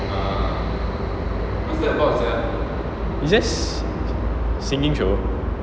it's just singing show